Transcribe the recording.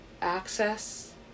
Access